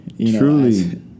Truly